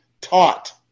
taught